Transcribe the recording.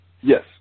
Yes